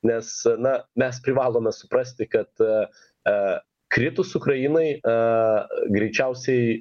nes na mes privalome suprasti kad e e kritus ukrainai a greičiausiai